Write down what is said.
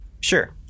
Sure